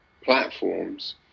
platforms